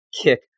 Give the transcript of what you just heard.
kick